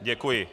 Děkuji.